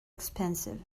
expensive